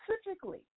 specifically